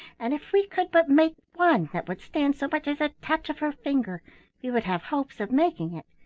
and if we could but make one that would stand so much as a touch of her finger we would have hopes of making it,